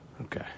Okay